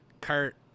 Kurt